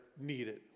needed